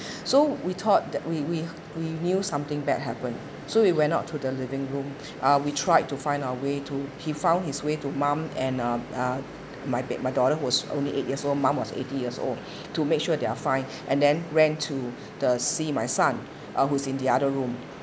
so we thought that we we we knew something bad happen so we went out to the living room we tried to find our way to he found his way to mom and uh my my daughter was only eight years old mom was eighty years old to make sure they are fine and then ran to the see my son uh who's in the other room